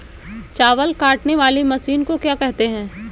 चावल काटने वाली मशीन को क्या कहते हैं?